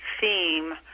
theme